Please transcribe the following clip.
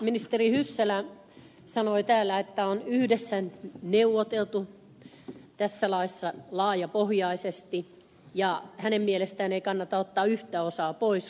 ministeri hyssälä sanoi täällä että tästä laista laajapohjaisesti on yhdessä neuvoteltu ja hänen mielestään ei kannata ottaa yhtä osaa pois kokonaispaketista